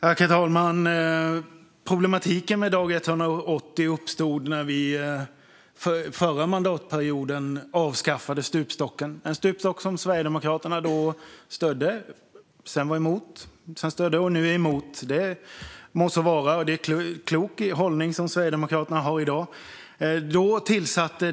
Fru talman! Problematiken med dag 180 uppstod under förra mandatperioden när vi avskaffade stupstocken. Stupstocken var något som Sverigedemokraterna stödde, sedan var emot, sedan stödde igen och nu är emot. Det må så vara. Den hållning Sverigedemokraterna har i dag är klok.